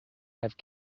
have